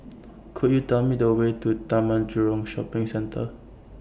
Could YOU Tell Me The Way to Taman Jurong Shopping Centre